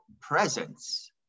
presence